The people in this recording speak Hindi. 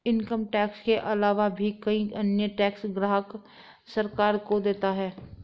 इनकम टैक्स के आलावा भी कई अन्य टैक्स ग्राहक सरकार को देता है